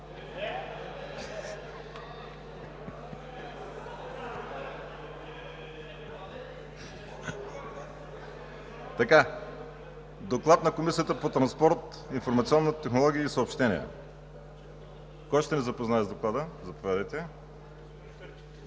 Доклад на Комисията по транспорт, информационни технологии и съобщения. Кой ще ни запознае с Доклада? Заповядайте.